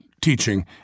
teaching